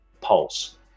Pulse